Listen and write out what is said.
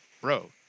bro